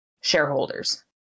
shareholders